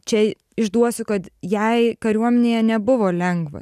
čia išduosiu kad jai kariuomenėje nebuvo lengva